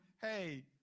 Hey